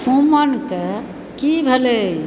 सुमन के की भेलै